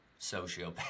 sociopath